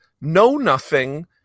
know-nothing